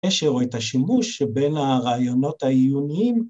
‫קשר או את השימוש ‫בין הרעיונות העיוניים.